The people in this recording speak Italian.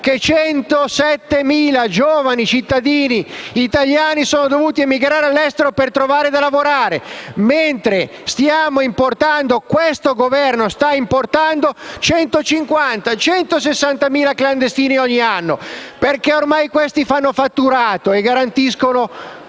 che 107.000 giovani cittadini italiani sono dovuti emigrare all'estero per trovare lavoro, mentre il Governo sta importando 150.000-160.000 clandestini ogni anno, perché ormai fanno fatturato e garantiscono quello